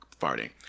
farting